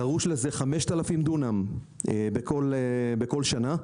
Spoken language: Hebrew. דרוש לזה 5,000 דונם בכל שנה,